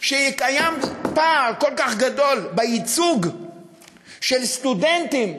שיהיה פער כל כך גדול בייצוג של סטודנטים,